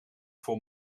voor